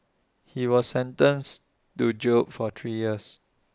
he was sentenced to jail for three years